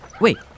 Wait